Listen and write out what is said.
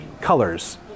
colors